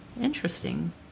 Interesting